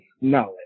knowledge